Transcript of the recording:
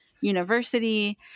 university